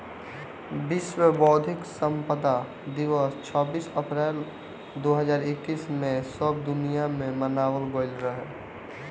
विश्व बौद्धिक संपदा दिवस छब्बीस अप्रैल दो हज़ार इक्कीस में सब दुनिया में मनावल गईल रहे